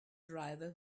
driver